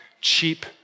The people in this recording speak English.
cheap